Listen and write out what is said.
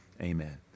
amen